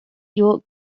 your